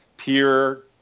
peer